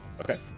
Okay